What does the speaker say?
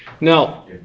Now